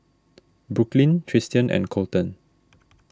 Brooklyn Tristian and Colton